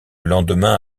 lendemain